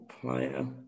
player